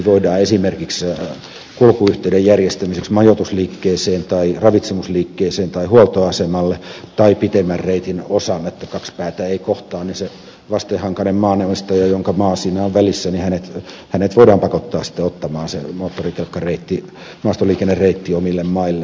eli esimerkiksi kulkuyhteyden järjestämiseksi majoitusliikkeeseen tai ravitsemusliikkeeseen tai huoltoasemalle tai pitemmän reitin osana kun kaksi päätä ei kohtaa voidaan se vastahankainen maanomistaja jonka maa siinä on välissä pakottaa ottamaan se moottorikelkkareitti maastoliikennereitti omille maillensa